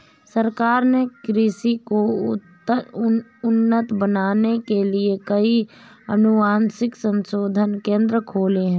सरकार ने कृषि को उन्नत बनाने के लिए कई अनुवांशिक संशोधन केंद्र खोले हैं